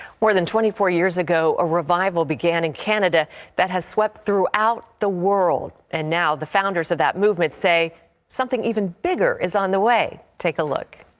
more than twenty four years ago, a revival began in canada that has swept throughout the world. and now the founders of that movement say something even bigger is on the way. take a look.